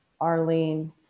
Arlene